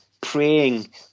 praying